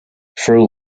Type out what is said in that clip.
for